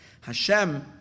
Hashem